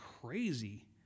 crazy